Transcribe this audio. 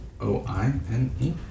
O-I-N-E